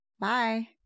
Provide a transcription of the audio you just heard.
Bye